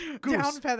goose